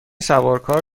سوارکار